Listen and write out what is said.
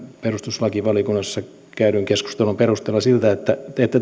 perustuslakivaliokunnassa käydyn keskustelun perusteella siltä että